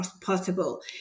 possible